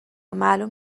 معلوم